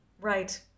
Right